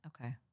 okay